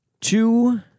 two